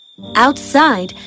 Outside